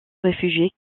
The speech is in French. réfugiés